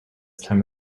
time